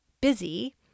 busy